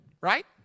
right